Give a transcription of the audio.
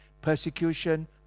persecution